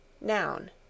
noun